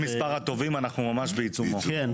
לפי מספר הטובעים אנחנו ממש בעיצומה.